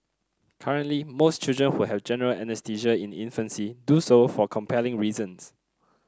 currently most children who have general anaesthesia in infancy do so for compelling reasons